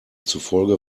zufolge